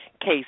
case